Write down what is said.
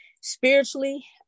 spiritually